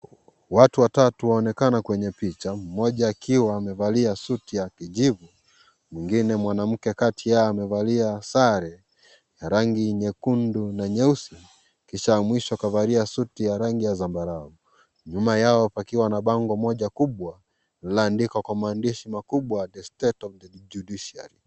Watu watatu waonekana kwenye picha, mmoja akiwa amevalia suti ya kijivu, mwingine mwanamke kati yao, amevalia sale, ya rangi nyekundu na nyeusi, kisha wa mwisho kavalia suti ya rangi ya zambarau, nyuma yao pakiwa na bango moja kubwa, lililoandikwa kwa maandishi makubwa, (cs)the state of the judiciary (cs).